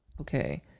Okay